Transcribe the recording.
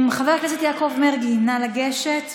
חבר הכנסת יעקב מרגי, נא לגשת.